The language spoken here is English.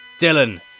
Dylan